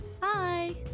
Bye